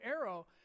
arrow